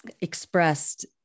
expressed